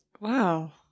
Wow